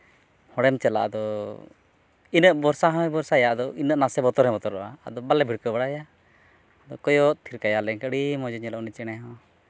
ᱦᱚᱲᱮᱢ ᱪᱟᱞᱟᱜᱼᱟ ᱟᱫᱚ ᱩᱱᱟᱹᱜ ᱵᱷᱚᱨᱥᱟ ᱦᱚᱸᱭ ᱵᱷᱚᱨᱥᱟᱭᱟ ᱟᱫᱚ ᱩᱱᱟᱹᱜ ᱱᱟᱥᱮ ᱵᱚᱛᱚᱨ ᱦᱚᱸᱭ ᱵᱚᱛᱚᱨᱚᱜᱼᱟ ᱟᱫᱚ ᱵᱟᱞᱮ ᱵᱷᱤᱲᱠᱟᱹᱣ ᱵᱟᱲᱟᱭᱮᱭᱟ ᱟᱫᱚ ᱠᱚᱭᱚᱜ ᱛᱷᱤᱨ ᱠᱟᱭᱟᱞᱮ ᱟᱹᱰᱤ ᱢᱚᱡᱮ ᱧᱮᱞᱚᱜᱼᱟ ᱩᱱᱤ ᱪᱮᱬᱮ ᱦᱚᱸ